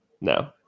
No